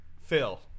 Phil